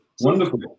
wonderful